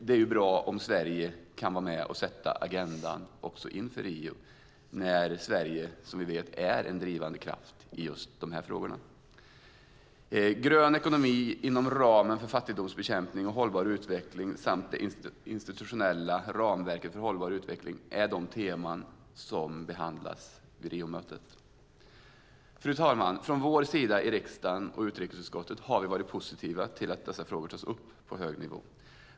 Det är bra om Sverige kan vara med och sätta agendan inför Rio. Sverige är som vi vet en drivande kraft i dessa frågor. Grön ekonomi inom ramen för fattigdomsbekämpning och hållbar utveckling samt det institutionella ramverket för hållbar utveckling är de teman som behandlas vid Rio-mötet. Fru talman! Från vår sida i riksdagen och utrikesutskottet har vi varit positiva till att dessa frågor tas upp på hög nivå.